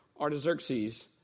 Artaxerxes